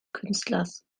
künstlers